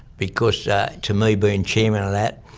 because to me, being chairman of that,